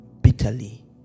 bitterly